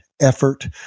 effort